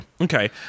okay